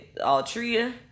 Altria